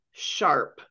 sharp